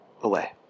away